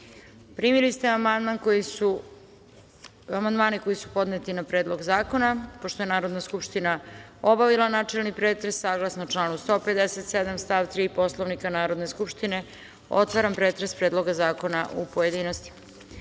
Loznica. Primili ste amandmane koji su podneti na Predlog zakona. Pošto je Narodna skupština obavila načelni pretres, saglasno članu 157. stav 3. Poslovnika Narodne skupštine otvaram pretres Predloga zakona u pojedinostima. Na